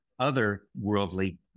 otherworldly